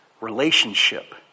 relationship